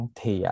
thì